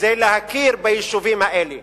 זה להכיר ביישובים האלה.